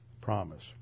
promise